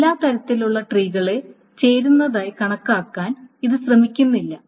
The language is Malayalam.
എല്ലാ തരത്തിലുമുള്ള ട്രീകളെ ചേരുന്നതായി കണക്കാക്കാൻ ഇത് ശ്രമിക്കുന്നില്ല